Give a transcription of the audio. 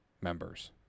members